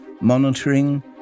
Monitoring